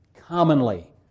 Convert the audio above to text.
commonly